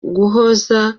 guhoza